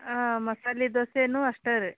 ಹಾಂ ಮಸಾಲೆ ದೋಸೆನು ಅಷ್ಟೇ ರೀ